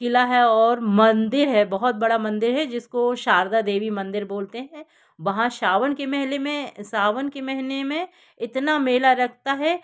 क़िला है और मंदिर है बहुत बड़ा मंदिर है जिसको शारदा देवी मंदिर बोलते हैं वहाँ सावन के महीने में सावन के महीने में इतना मेला रखता है